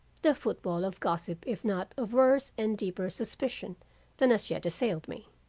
the football of gossip if not of worse and deeper suspicion than has yet assailed me.